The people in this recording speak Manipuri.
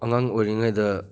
ꯑꯉꯥꯡ ꯑꯣꯏꯔꯤꯉꯩꯗ